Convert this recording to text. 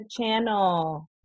Channel